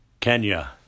Kenya